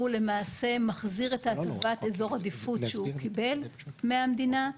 הוא למעשה מחזיר את טובת אזור עדיפות שהוא קיבל מהמדינה.